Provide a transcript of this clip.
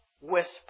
whisper